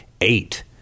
Eight